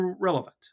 relevant